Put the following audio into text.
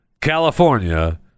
california